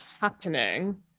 happening